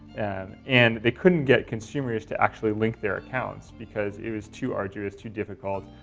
and and they couldn't get consumers to actually link their accounts because it was too arduous, too difficult.